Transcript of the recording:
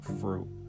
fruit